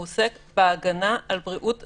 הוא עוסק בהגנה על בריאות הציבור,